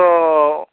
ᱛᱚᱻ